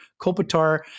kopitar